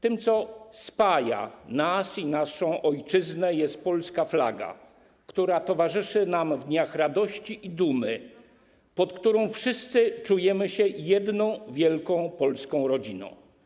Tym, co spaja nas i naszą ojczyznę, jest polska flaga, która towarzyszy nam w dniach radości i dumy, pod którą wszyscy czujemy się jedną wielką polską rodziną.